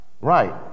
right